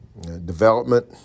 development